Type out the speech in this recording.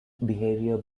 behavior